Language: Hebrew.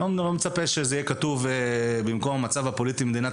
אני לא מצפה שזה יהיה כתוב במקום המצב הפוליטי במדינת